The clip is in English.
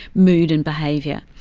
mood and behaviour.